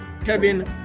Kevin